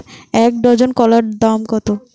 এক ডজন কলার দাম কত?